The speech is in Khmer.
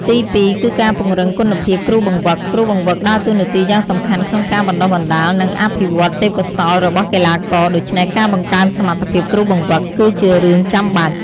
ទីពីរ គឺការពង្រឹងគុណភាពគ្រូបង្វឹក គ្រូបង្វឹកដើរតួនាទីយ៉ាងសំខាន់ក្នុងការបណ្ដុះបណ្ដាល និងអភិវឌ្ឍន៍ទេពកោសល្យរបស់កីឡាករ ដូច្នេះការបង្កើនសមត្ថភាពគ្រូបង្វឹក គឺជារឿងចាំបាច់។